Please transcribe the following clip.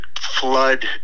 flood